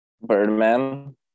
Birdman